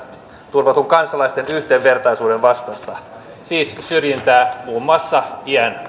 turvatun kansalaisten yhdenvertaisuuden vastaista siis syrjintää muun muassa